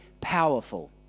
powerful